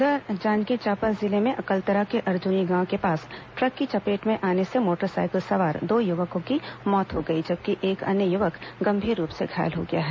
उधर जांजगीर चांपा जिले में अकलतरा के अर्जुनी गांव के पास ट्रक की चपेट में आने से मोटरसाइकिल सवार दो युवकों की मौत हो गई जबकि एक अन्य युवक गंभीर रूप से घायल हो गया है